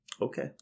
Okay